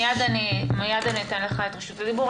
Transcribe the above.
מייד אני אתן לך את רשות הדיבור,